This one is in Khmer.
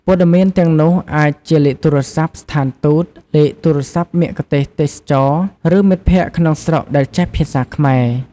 ព័ត៌មានទាំងនោះអាចជាលេខទូរស័ព្ទស្ថានទូត លេខទូរស័ព្ទមគ្គុទ្ទេសក៍ទេសចរណ៍ ឬមិត្តភក្តិក្នុងស្រុកដែលចេះភាសាខ្មែរ។